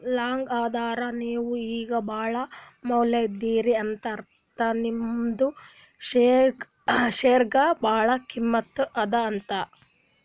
long ಅಂದುರ್ ನೀವು ಈಗ ಭಾಳ ಮ್ಯಾಲ ಇದೀರಿ ಅಂತ ಅರ್ಥ ನಿಮ್ದು ಶೇರ್ಗ ಭಾಳ ಕಿಮ್ಮತ್ ಅದಾ ಅಂತ್